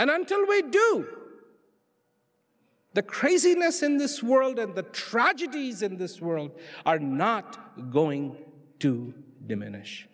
we do the craziness in this world and the tragedies in this world are not going to diminish